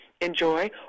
enjoy